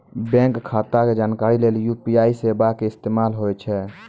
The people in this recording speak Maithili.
बैंक खाता के जानकारी लेली यू.पी.आई सेबा के इस्तेमाल होय छै